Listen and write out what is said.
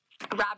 rabbit